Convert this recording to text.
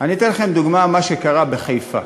אני אתן לכם דוגמה מה שקרה בחיפה.